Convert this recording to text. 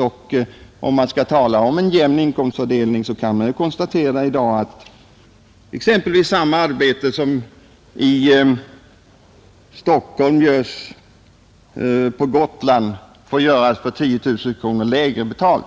Som ett belysande exempel på ojämn inkomstfördelning kan anföras att i dag exempelvis ett arbete på Gotland betalas med 10 000 kronor mindre per år än motsvarande arbete i Stockholm.